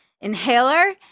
inhaler